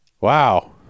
wow